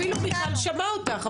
אפילו מיכל שמעה אותך,